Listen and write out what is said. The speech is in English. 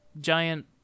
giant